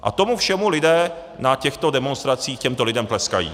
A tomu všemu lidé na těchto demonstracích těmto lidem tleskají.